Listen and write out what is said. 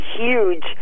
huge